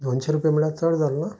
दोनशे रुपया म्हणल्यार चड जालें ना